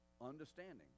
understanding